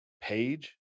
page